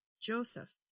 Joseph